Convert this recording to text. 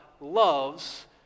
loves